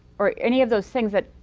or any of those things that,